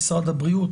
למשרד הבריאות,